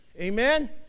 Amen